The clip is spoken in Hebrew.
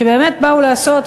שבאמת באו לעשות,